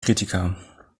kritiker